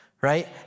Right